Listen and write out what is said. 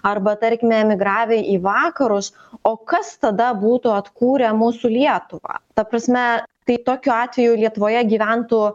arba tarkime emigravę į vakarus o kas tada būtų atkūrę mūsų lietuvą ta prasme kai tokiu atveju lietuvoje gyventų